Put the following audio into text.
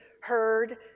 heard